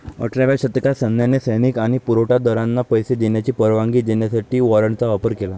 अठराव्या शतकात सैन्याने सैनिक आणि पुरवठा दारांना पैसे देण्याची परवानगी देण्यासाठी वॉरंटचा वापर केला